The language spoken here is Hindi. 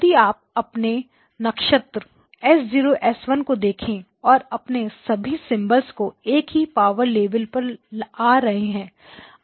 यदि आप अपने नक्षत्र S0 S1 को देखें और अपने सभी सिम्बोलस एक ही पावर लेवल पर आ रहे हैं